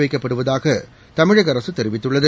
வைக்கப்படுவதாக தமிழகஅரசு தெரிவித்துள்ளது